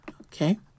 Okay